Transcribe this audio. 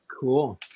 Cool